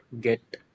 get